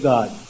God